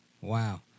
Wow